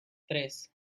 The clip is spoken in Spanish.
tres